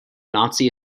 nazi